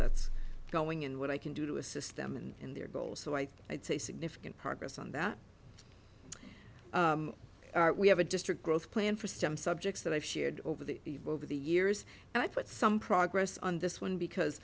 that's going and what i can do to assist them in their goals so i think it's a significant progress on that we have a district growth plan for some subjects that i've shared over the over the years and i put some progress on this one because